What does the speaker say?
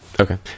Okay